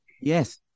yes